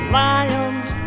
lions